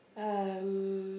um